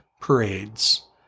parades